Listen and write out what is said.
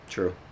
True